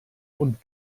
und